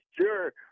sure